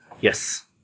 Yes